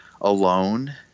alone